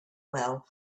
well